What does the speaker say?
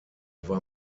war